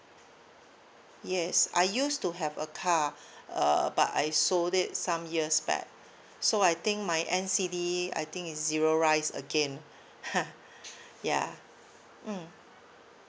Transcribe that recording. yes I used to have a car uh but I sold it some years back so I think my N_C_D I think is zero rise again ya mm